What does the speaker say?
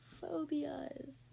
Phobias